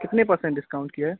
कितने percent discount किया है